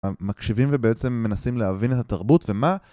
המקשיבים ובעצם מנסים להבין את התרבות ומה